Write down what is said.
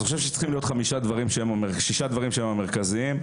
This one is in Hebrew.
אני חושב שצריכים להיות שישה דברים שהם המרכזיים.